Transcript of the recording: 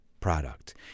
product